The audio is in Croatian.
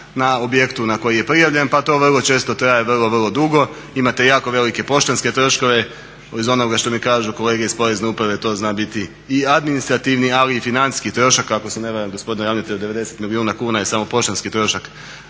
na objektu na koji je prijavljen pa to vrlo često traje vrlo, vrlo dugo. Imate jako velike poštanske troškove iz onoga što mi kažu kolege iz porezne uprave to zna biti i administrativni ali i financijski trošak. Ako se ne varam gospodine ravnatelju 90 milijuna kuna je samo poštanski trošak